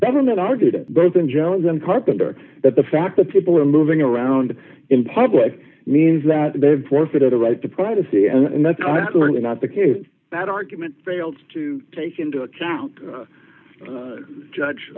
government argued both in general then carpenter that the fact that people are moving around in public means that they've forfeited a right to privacy and that's not the case that argument fails to take into account judge